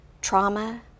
trauma